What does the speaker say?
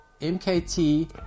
MKT